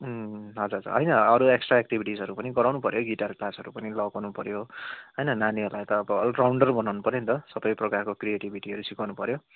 उम् हजुर हजुर होइन अरू एक्सट्रा एक्टिभिटिजहरू पनि गराउनु पऱ्यो गिटार क्लासहरू पनि लगाउनु पऱ्यो होइन नानीहरूलाई त अब अल राउण्डर बनाउनु पऱ्यो नि त र सबै प्रकारको क्रिएटिभिटीहरू सिकाउनु पऱ्यो